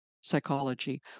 psychology